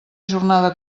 jornada